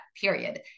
period